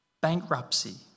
bankruptcy